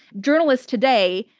journalists today,